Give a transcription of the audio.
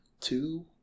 two